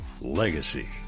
legacy